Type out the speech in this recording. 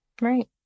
right